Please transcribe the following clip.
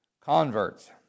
converts